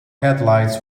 headlights